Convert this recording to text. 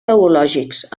teològics